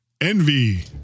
envy